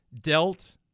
dealt